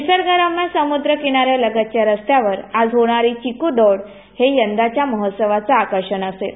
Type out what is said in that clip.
निसर्गरम्य समुद्रकिनाऱ्या लगतच्या रस्त्यावर आज होणारी चिक् दौंड हे यंदाच्या महोत्सवाचं आकर्षण असेल